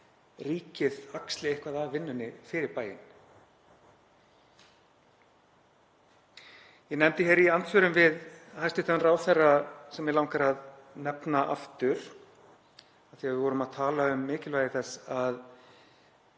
ríkið axli eitthvað af vinnunni fyrir bæinn. Ég nefndi í andsvörum við hæstv. ráðherra, sem mig langar að nefna aftur, af því að við vorum að tala um mikilvægi þess —